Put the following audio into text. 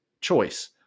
choice